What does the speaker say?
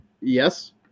yes